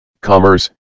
Commerce